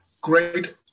great